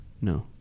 No